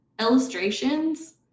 illustrations